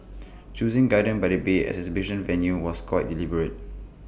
choosing gardens by the bay as the exhibition venue was quite deliberate